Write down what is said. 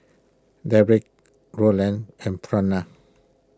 Derrick Rolland and Frona